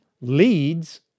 leads